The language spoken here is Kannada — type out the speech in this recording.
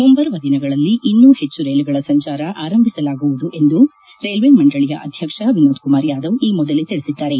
ಮುಂಬರುವ ದಿನಗಳಲ್ಲಿ ಇನ್ನೂ ಹೆಚ್ಚು ರೈಲುಗಳ ಸಂಚಾರ ಆರಂಭಿಸಲಾಗುವುದೆಂದು ರೈಲ್ವೆ ಮಂಡಳಿಯ ಅಧ್ಯಕ್ಷ ವಿನೋದ್ ಕುಮಾರ್ ಯಾದವ್ ಈ ಮೊದಲೇ ತಿಳಿಸಿದ್ದರು